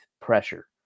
pressure